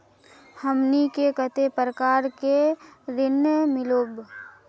हमनी के कते प्रकार के ऋण मीलोब?